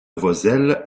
vozelle